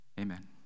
Amen